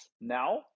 now